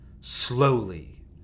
slowly